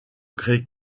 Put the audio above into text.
grès